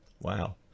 Wow